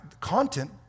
content